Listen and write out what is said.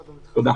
תודה.